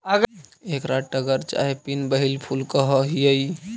एकरा टगर चाहे पिन व्हील फूल कह हियई